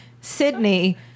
Sydney